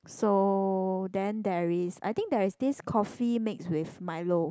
so then there is I think there is this coffee mixed with Milo